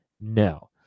no